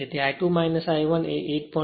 તેથી I2 I 1 એ 8